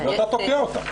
ואתה תוקע אותם?